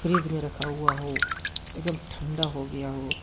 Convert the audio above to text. fridge میں رکھا ہوا ہو ایک دم ٹھنڈا ہو گیا ہو